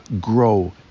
grow